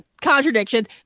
contradiction